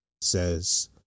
says